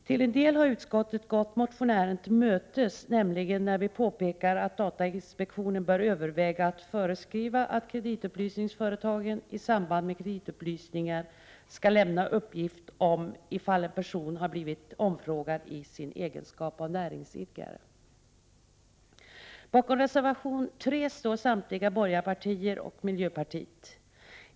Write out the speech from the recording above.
Till en del har utskottet gått motionärerna till mötes, nämligen när vi påpekar att datainspektionen bör överväga att föreskriva att kreditupplysningsföretagen i samband med kreditupplysningar skall lämna uppgift om ifall en person har blivit omfrågad i sin egenskap av näringsidkare. Bakom reservation 3 står samtliga borgarpartier och miljöpartiet.